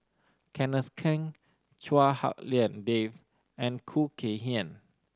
Kenneth Keng Chua Hak Lien Dave and Khoo Kay Hian